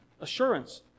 assurance